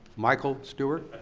michael stewart?